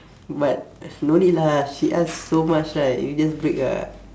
but no need lah she ask so much right you just break ah